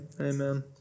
Amen